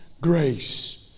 grace